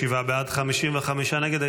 47 בעד, 55 נגד.